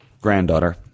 Granddaughter